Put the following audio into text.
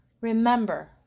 Remember